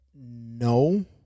No